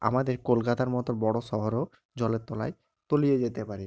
আমাদের কলকাতার মতো বড়ো শহরও জলের তলায় তলিয়ে যেতে পারে